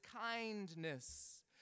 kindness